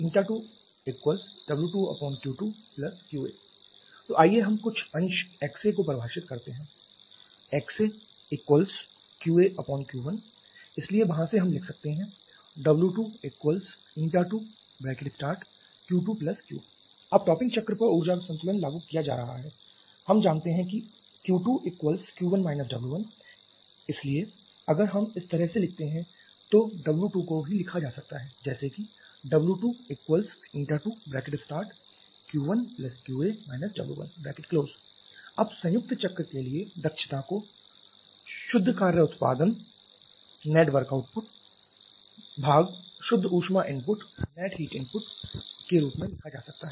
2W2Q2QA तो आइए हम कुछ अंश xA को परिभाषित करते हैं xAQAQ1 इसलिए वहाँ से हम लिख सकते हैं W22Q2QA अब टॉपिंग चक्र पर ऊर्जा संतुलन लागू किया जा रहा है हम जानते हैं कि Q2Q1 W1 इसलिए अगर हम इस तरह से लिखते हैं तो W2 को भी लिखा जा सकता है जैसे कि W22Q1QA W1 अब संयुक्त चक्र के लिए दक्षता को अब शुद्ध कार्य उत्पादन भाग शुद्ध ऊष्मा इनपुट के रूप में लिखा जा सकता है